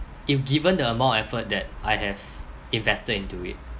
if given the amount of effort that I have invested into it